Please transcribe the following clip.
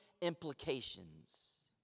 implications